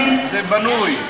את יודעת, זה בנוי.